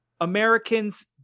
Americans